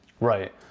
right